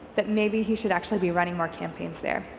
that maybe he should actually be running more campaigns there.